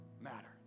matter